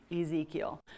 Ezekiel